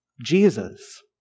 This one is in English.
Jesus